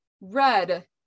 red